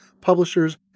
publishers